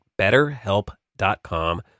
betterhelp.com